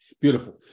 beautiful